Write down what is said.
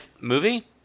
movie